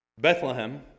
Bethlehem